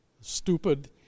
stupid